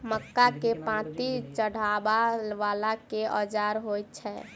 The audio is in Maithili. मक्का केँ पांति चढ़ाबा वला केँ औजार होइ छैय?